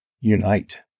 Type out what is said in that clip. unite